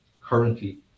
currently